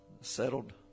settled